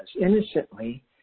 innocently